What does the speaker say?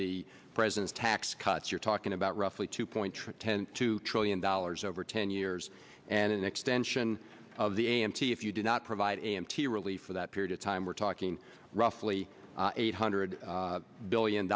the president's tax cuts you're talking about roughly two point trick ten two trillion dollars over ten years and an extension of the a m t if you do not provide a m t relief for that period of time we're talking roughly eight hundred billion